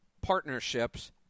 partnerships